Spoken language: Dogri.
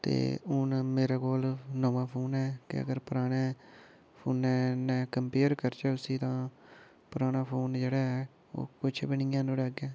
ते हून मेरे कोल नमां फोन ऐ ते अगर पराना ऐ फोनै नै कम्पेयर करचै उसी तां पराना फोन जेह्ड़ा ऐ ओह् कुछ बी निं ऐ नुहाड़े अग्गें